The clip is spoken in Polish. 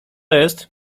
jest